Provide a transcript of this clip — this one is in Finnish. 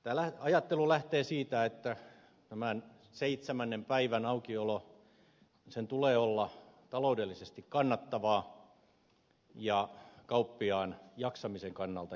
tämä ajattelu lähtee siitä että tämän seitsemännen päivän aukiolon tulee olla taloudellisesti kannattavaa ja kauppiaan jaksamisen kannalta järkevää